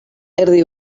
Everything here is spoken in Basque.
erdi